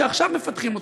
שעכשיו מפתחים אותו: